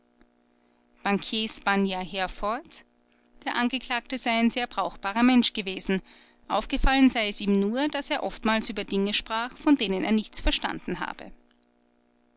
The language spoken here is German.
bankier spanjer herford der angeklagte sei ein sehr brauchbarer mensch gewesen aufgefallen sei es ihm nur daß er oftmals über dinge sprach von denen er nichts verstanden habe